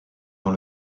dans